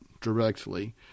directly